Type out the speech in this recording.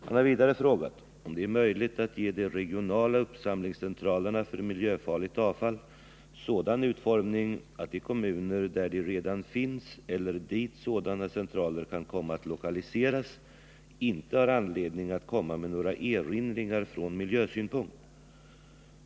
Han har vidare frågat om det är möjligt att ge de regionala uppsamlingscentralerna för miljöfarligt avfall sådan utformning att de kommuner där de redan finns eller dit sådana centraler kan komma att lokaliseras inte har anledning att komma med några erinringar från miljösynpunkt.